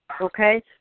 Okay